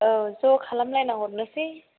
औ ज' खालामलायना हरनोसै